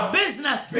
business